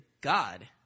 God